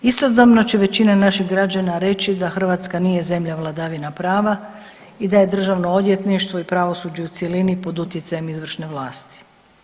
Istodobno će većina naših građana reći da Hrvatska nije zemlja vladavina prava i da je državno odvjetništvo i pravosuđe u cjelini pod utjecajem izvršne vlasti.